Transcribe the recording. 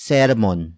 Sermon